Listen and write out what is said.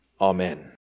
Amen